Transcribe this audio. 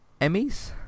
Emmys